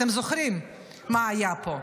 אתם זוכרים מה היה פה.